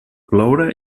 ploure